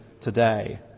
today